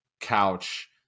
couch